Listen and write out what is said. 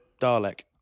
Dalek